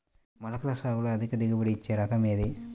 మొలకల సాగులో అధిక దిగుబడి ఇచ్చే రకం ఏది?